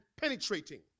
penetrating